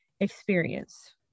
experience